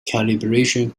calibration